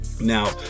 Now